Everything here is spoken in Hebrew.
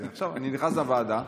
אני נכנס לוועדה,